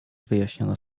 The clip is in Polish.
wyjaśniono